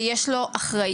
נכון, ויש לו אחריות.